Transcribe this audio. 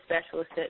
specialist